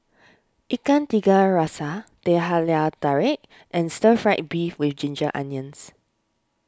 Ikan Tiga Rasa Teh Halia Tarik and Stir Fried Beef with Ginger Onions